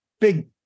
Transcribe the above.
big